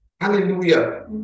Hallelujah